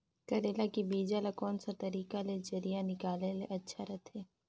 करेला के बीजा ला कोन सा तरीका ले जरिया निकाले ले अच्छा रथे?